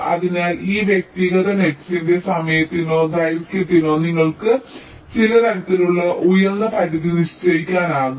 അതിനാൽ ഈ വ്യക്തിഗത നെറ്സ്സിന്റെ സമയത്തിനോ ദൈർഘ്യത്തിനോ നിങ്ങൾക്ക് ചില തരത്തിലുള്ള ഉയർന്ന പരിധി നിശ്ചയിക്കാനാകും